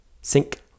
Sync